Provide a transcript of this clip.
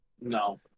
No